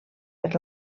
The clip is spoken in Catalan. per